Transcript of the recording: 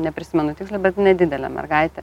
neprisimenu tiksliai bet nedidelė mergaitė